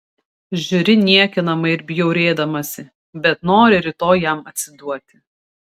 žiūri niekinamai ir bjaurėdamasi bet nori rytoj jam atsiduoti